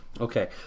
okay